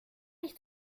nicht